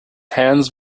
hands